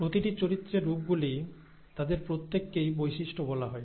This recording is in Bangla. প্রতিটি চরিত্রের রূপগুলি তাদের প্রত্যেককেই বৈশিষ্ট্য বলা হয়